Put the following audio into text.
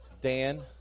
Dan